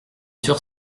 sur